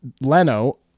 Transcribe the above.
Leno